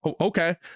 okay